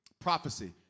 Prophecy